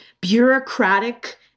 bureaucratic